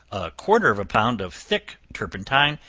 a quarter of a pound of thick turpentine,